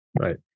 right